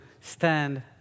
stand